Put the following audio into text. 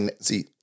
See